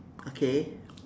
okay